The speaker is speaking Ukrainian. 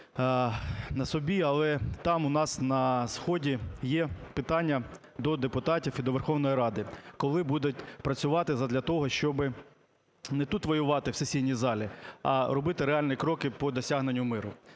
на собі, але там у нас на сході є питання до депутатів і до Верховної Ради: "Коли будуть працювати задля того, щоб не тут воювати в сесійній залі, а робити реальні кроки по досягненню миру?".